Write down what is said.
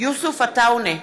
יוסף עטאונה,